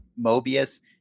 Mobius